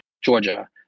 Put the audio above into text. Georgia